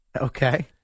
Okay